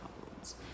problems